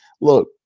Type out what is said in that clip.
Look